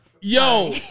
Yo